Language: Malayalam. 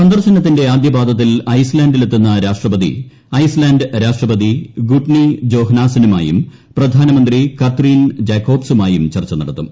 സന്ദർശനത്തിന്റെ ആദ്യപാദത്തിൽ ഐസ്ലാൻഡിൽ എത്തുന്ന രാഷ്ട്രപതി ഐസ്ലാൻഡ് പ്രസിഡന്റ് ഗുഡ്നി ജോഹ്നാസനുമായും പ്രധാനമന്ത്രി കത്രീൻ ജാക്കോബ്സുമായും ചർച്ച നടത്തും